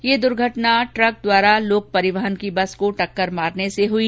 ये दुर्घटना ट्रक द्वारा लोक परिवहन की बस को टक्कर मारने से हुई